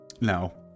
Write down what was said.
No